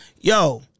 yo